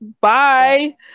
bye